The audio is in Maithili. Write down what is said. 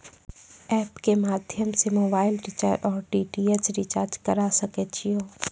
एप के माध्यम से मोबाइल रिचार्ज ओर डी.टी.एच रिचार्ज करऽ सके छी यो?